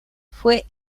fue